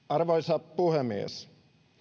arvoisa puhemies